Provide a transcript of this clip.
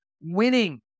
winning